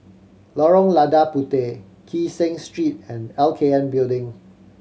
Lorong Lada Puteh Kee Seng Street and L K N Building